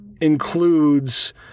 includes